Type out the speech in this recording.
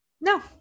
No